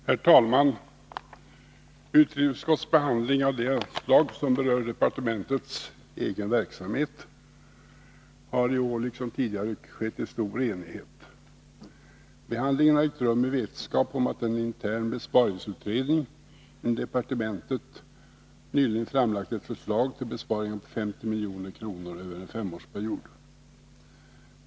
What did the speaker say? Herr talman! Utrikesutskottets behandling av de anslag som berör utrikesdepartementets egen verksamhet har i år, liksom tidigare, skett i stor enighet. Behandlingen har ägt rum i vetskap om att en intern besparingsutredning inom departementet nyligen framlagt förslag till besparingar på 50 milj.kr. över en femårsperiod.